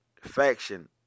faction